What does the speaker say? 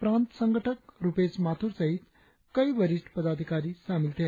प्रांत संगठक रुपेश माथुर सहित कई वरिष्ठ पदाधिकारी शामिल थे